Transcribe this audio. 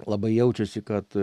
labai jaučiasi kad